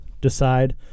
decide